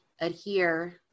adhere